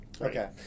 Okay